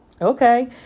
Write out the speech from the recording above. Okay